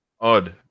odd